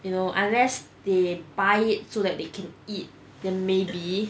you know unless they buy it so that they can eat then maybe